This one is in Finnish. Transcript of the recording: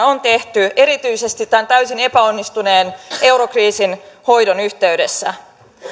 on tehty erityisesti tämän täysin epäonnistuneen eurokriisin hoidon yhteydessä